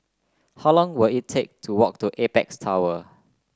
how long will it take to walk to Apex Tower